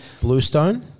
Bluestone